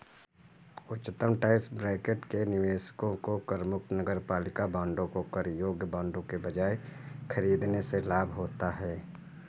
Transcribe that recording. उच्चतम tax bracket में निवेशकों को करमुक्त नगरपालिका बांडों को कर योग्य बांडों के बजाय खरीदने से लाभ होता है